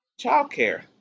childcare